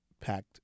packed